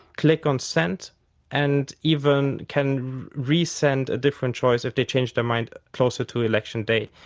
click on send and even can re-send a different choice if they change their mind closer to election day.